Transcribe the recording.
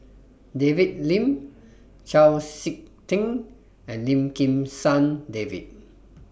David Lim Chau Sik Ting and Lim Kim San David